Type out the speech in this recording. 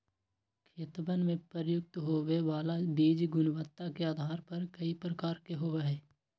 खेतवन में प्रयुक्त होवे वाला बीज गुणवत्ता के आधार पर कई प्रकार के होवा हई